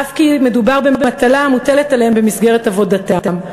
אף כי מדובר במטלה המוטלת עליהם במסגרת עבודתם.